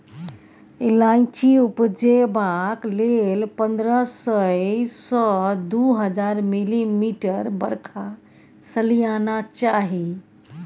इलाइचीं उपजेबाक लेल पंद्रह सय सँ दु हजार मिलीमीटर बरखा सलियाना चाही